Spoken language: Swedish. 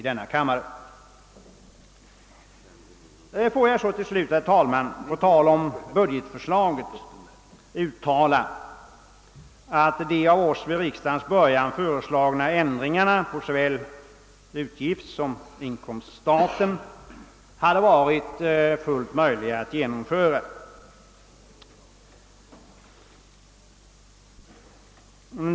Herr talman! På tal om budgetförslaget vill jag understryka att de av oss vid riksdagens början föreslagna ändringarna på såväl utgiftssom inkomststaten hade varit fullt möjliga att genomföra.